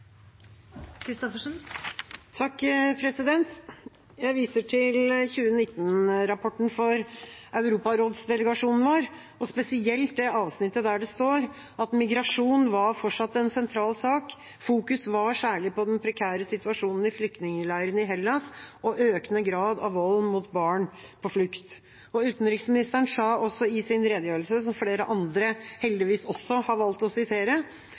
Jeg viser til 2019-rapporten for Europaråds-delegasjonen vår, og spesielt det avsnittet der det står: «Migrasjon var fortsatt en sentral sak, fokus var særlig på den prekære situasjonen i flyktningleirene i Hellas og økende grad av vold mot barn på flukt.» Utenriksministeren sa også i sin redegjørelse, som flere andre heldigvis også har valgt å sitere,